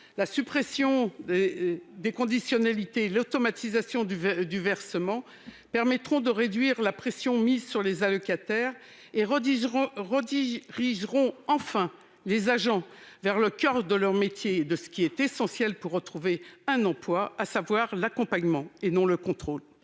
La suppression des conditionnalités et l'automatisation du versement permettraient de réduire la pression mise sur les allocataires et de rediriger enfin les agents concernés vers leur coeur de métier, au demeurant essentiel pour retrouver un emploi : l'accompagnement, et non le contrôle.